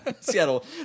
Seattle